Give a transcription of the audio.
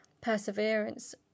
Perseverance